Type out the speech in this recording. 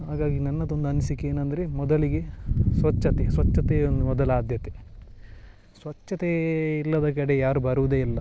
ಹಾಗಾಗಿ ನನ್ನದೊಂದು ಅನಿಸಿಕೆ ಏನಂದರೆ ಮೊದಲಿಗೆ ಸ್ವಚ್ಛತೆ ಸ್ವಚ್ಛತೆಯೇ ಮೊದಲ ಆದ್ಯತೆ ಸ್ವಚ್ಛತೆ ಇಲ್ಲದ ಕಡೆ ಯಾರೂ ಬರುವುದೇ ಇಲ್ಲ